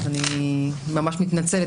אני מתנצלת,